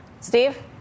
Steve